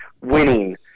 winning